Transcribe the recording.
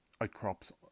outcrops